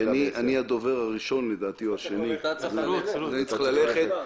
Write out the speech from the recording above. אני הדובר הראשון או השני במליאה, אני צריך ללכת.